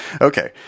Okay